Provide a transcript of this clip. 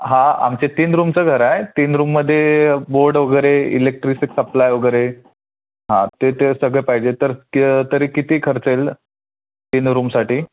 हां आमचे तीन रूमचं घरं तीन रूममध्ये बोर्ड वगैरे इलेक्ट्रिसिटी सप्लाय वगैरे हां ते ते सगळं पाहिजे तर तरी किती खर्च येईल तीन रूमसाठी